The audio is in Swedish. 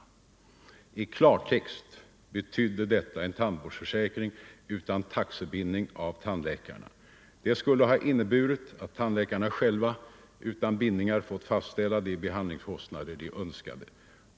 I klartext betydde detta en tandvårdsförsäkring utan taxebindning av tandläkarna. Det skulle ha inneburit att tandläkarna själva utan bindningar hade fått fastställa de behandlingskostnader de önskade.